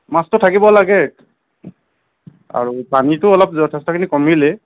মাছটো থাকিব লাগে আৰু পানীতো অলপ যথেষ্টখিনি কমিলেই